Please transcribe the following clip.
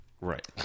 Right